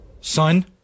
Son